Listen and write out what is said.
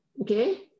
okay